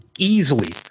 Easily